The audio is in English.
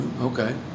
Okay